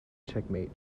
checkmate